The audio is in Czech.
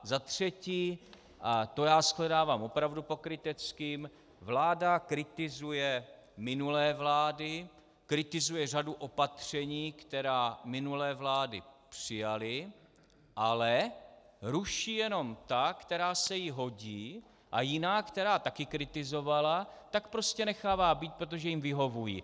Za třetí, a to já shledávám opravdu pokryteckým, vláda kritizuje minulé vlády, kritizuje řadu opatření, která minulé vlády přijaly, ale ruší jenom ta, která se ji hodí, a jiná, která také kritizovala, tak prostě nechává být, protože jim vyhovují.